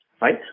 right